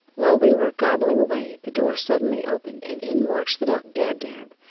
while we were gobbling away, the door suddenly opened and in marched the duck, dab-dab,